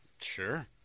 Sure